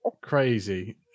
crazy